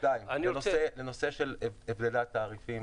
לנושא של הבדלי התעריפים.